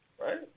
right